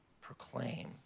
proclaim